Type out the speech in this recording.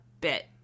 bit